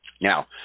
now